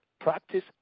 Practice